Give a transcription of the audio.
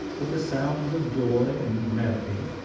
but the sounds of joy and melody,